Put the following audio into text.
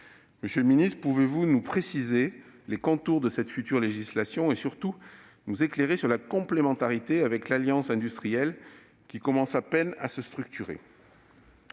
Monsieur le secrétaire d'État, pouvez-vous nous préciser les contours de cette future législation et, surtout, nous éclairer sur sa complémentarité avec l'alliance industrielle, qui commence à peine à se structurer ?